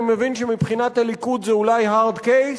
אני מבין שמבחינת הליכוד זה אולי hard case,